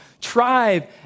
tribe